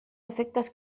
efectes